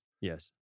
Yes